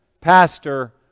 pastor